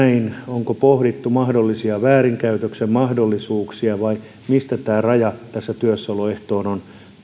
onko pohdittu väärinkäytöksen mahdollisuuksia vai mistä syystä tämä raja tähän työssäoloehtoon on